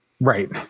Right